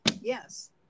yes